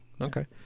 Okay